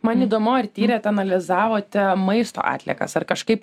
man įdomu ar tyrėt analizavote maisto atliekas ar kažkaip